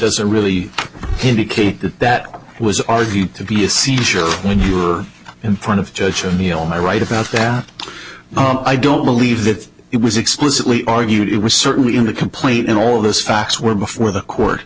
doesn't really indicate that that was argued to be a seizure when you're in front of judge a meal i write about that i don't believe that it was explicitly argued it was certainly in the complaint in all of those facts were before the court